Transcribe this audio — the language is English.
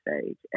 stage